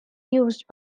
used